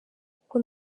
kuko